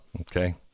Okay